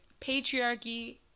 Patriarchy